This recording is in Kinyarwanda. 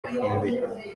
ifumbire